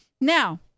Now